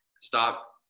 Stop